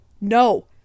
no